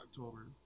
October